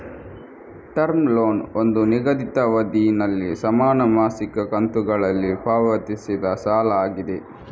term loan ಒಂದು ನಿಗದಿತ ಅವಧಿನಲ್ಲಿ ಸಮಾನ ಮಾಸಿಕ ಕಂತುಗಳಲ್ಲಿ ಪಾವತಿಸಿದ ಸಾಲ ಆಗಿದೆ